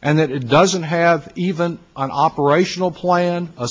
and that it doesn't have even an operational plan a